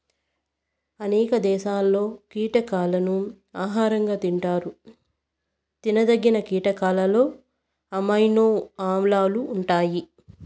అనేక దేశాలలో కీటకాలను ఆహారంగా తింటారు తినదగిన కీటకాలలో అమైనో ఆమ్లాలు ఉంటాయి